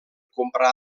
comprar